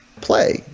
play